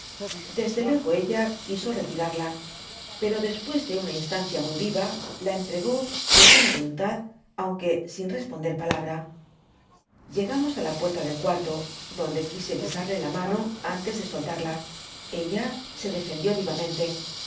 desde luego ella quiso retirarla pero después de una instahcia muy viva la entregó de buena voluntad aunque n responder palabra llegamos á la puerta del cuarto donde quise besarle la mano antes de soltarla eua se defendió vivamente